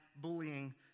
bullying